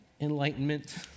enlightenment